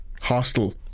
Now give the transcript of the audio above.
hostile